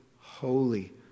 holy